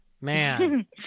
Man